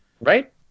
right